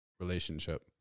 relationship